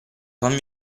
con